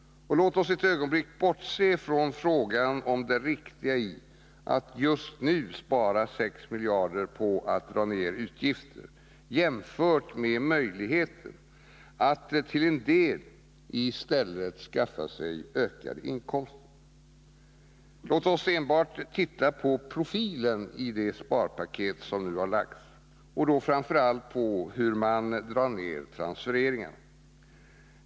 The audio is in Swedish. Låt oss ett ögonblick bortse från frågan om det riktiga i att just nu spara 6 miljarder på att dra ner utgifter jämfört med möjligheten att till en del i stället skaffa sig ökade inkomster. Låt oss enbart titta på profilen i det sparpaket som nu har lagts fram och då framför allt på hur man drar ner transfereringarna.